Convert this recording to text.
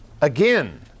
again